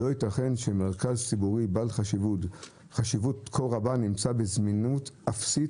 "לא ייתכן שמרכז ציבורי בעל חשיבות כה רבה נמצא בזמינות אפסית